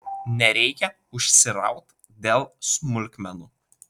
nereikia užsiraut dėl smulkmenų